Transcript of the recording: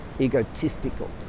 egotistical